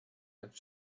and